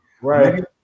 Right